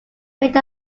made